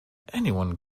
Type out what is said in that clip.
anyone